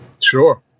sure